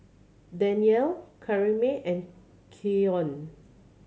Danyel Karyme and Keion